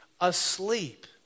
asleep